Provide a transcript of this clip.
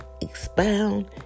expound